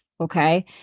Okay